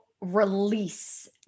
release